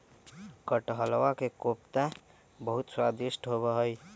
कटहलवा के कोफ्ता बहुत स्वादिष्ट होबा हई